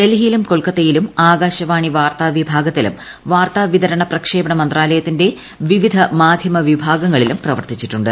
ഡൽഹിയിലും കൊൽക്കത്തയിലും ആകാശവാണി വാർത്താ വിഭാഗത്തിലും വാർത്താ വിതരണ പ്രക്ഷേപണ മന്ത്രാലയത്തിന്റെ വിവിധ മാധ്യമ വിഭാഗങ്ങളിലും പ്രവർത്തിച്ചിട്ടുണ്ട്